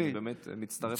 אני באמת מצטרף לברכות.